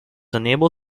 unable